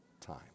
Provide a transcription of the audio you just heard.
time